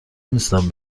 نیستم